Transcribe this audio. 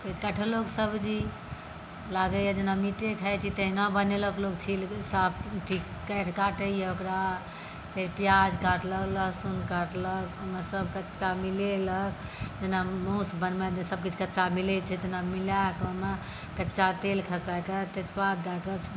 फेर कटहरोके सब्जी लागैए जेना मीटे खाइत छी तहिना बनेलक लोक छीलके साफ अथी काटैए ओकरा फेर प्याज काटलक लहसुन काटलक सभ कच्चा मिलेलक जेना माँसु बनबैमे सभकिछु कच्चा मिलैत छै तहिना मिलाए कऽ ओहिमे कच्चा तेल खसाए कऽ तेजपात दए कऽ